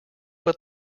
but